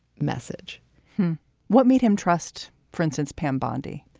message what made him trust, for instance, pam bondi?